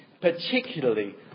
particularly